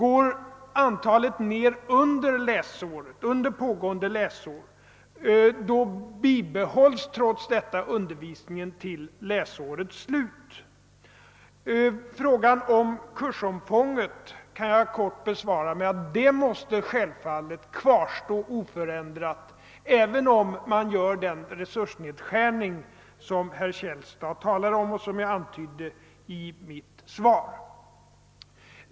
Om antalet elever går ned under minimiantalet under pågående läsår, bibehålls trots detta undervisningen till läsårets slut. Frågan om kursomfånget kan jag kort besvara med att detta självfallet måste kvarstå oförändrat, även om man gör den resursnedskärning som herr Källstad talar om och som jag antydde i mitt svar.